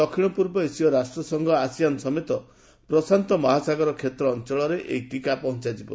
ଦକ୍ଷିଣ ପୂର୍ବ ଏସୀୟ ରାଷ୍ଟ୍ରସଂଘ ଆସିଆନ ସମେତ ପ୍ରଶାନ୍ତ ମହାସାଗର କ୍ଷେତ୍ର ଅଞ୍ଚଳରେ ଏହି ଟିକା ପହଞ୍ଚାଯିବ